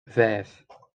vijf